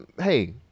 Hey